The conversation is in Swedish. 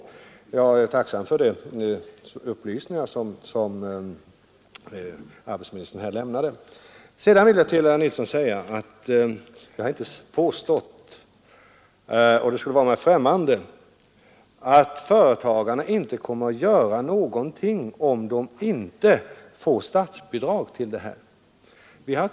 Sedan har jag inte påstått, herr Nilsson i Växjö, och det skulle vara mig helt främmande att göra det, att företagarna inte kommer att göra någonting om de inte får statsbidrag till miljöförbättringar.